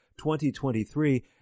2023